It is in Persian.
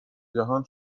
جهان